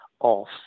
off